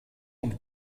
und